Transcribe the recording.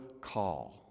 call